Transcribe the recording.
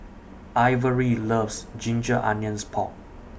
Ivory loves Ginger Onions Pork